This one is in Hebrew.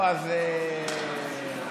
אוקיי.